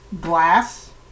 Glass